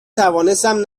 توانستم